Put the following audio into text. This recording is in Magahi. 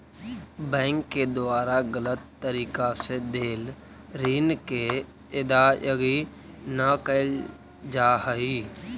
बैंक के द्वारा गलत तरीका से देल ऋण के अदायगी न कैल जा हइ